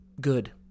Good